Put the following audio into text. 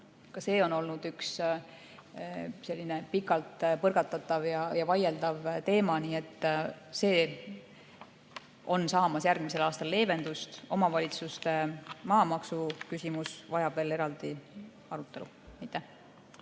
see on olnud üks selline pikalt põrgatatud ja vaieldud teema. Aga see saab järgmisel aastal leevendust. Omavalitsuste maamaksu küsimus vajab veel eraldi arutelu.